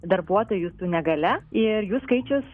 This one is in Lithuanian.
darbuotojų su negalia ir jų skaičius